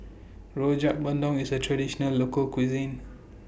Rojak Bandung IS A Traditional Local Cuisine